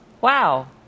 Wow